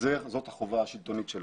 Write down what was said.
זאת החובה השלטונית שלנו.